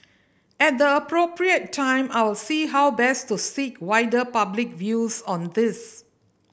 at the appropriate time I will see how best to seek wider public views on this